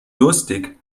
durstig